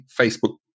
Facebook